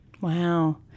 Wow